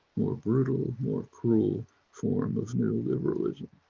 more brutal, more cruel form of new liberalism,